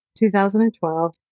2012